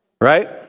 Right